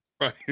Right